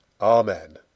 Amen